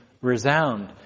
resound